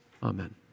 Amen